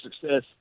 success